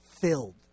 filled